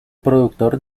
productor